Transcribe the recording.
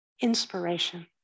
inspiration